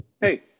Hey